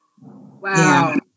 Wow